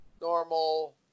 normal